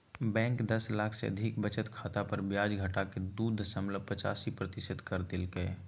bank दस लाख से अधिक बचत खाता पर ब्याज घटाके दू दशमलब पचासी प्रतिशत कर देल कय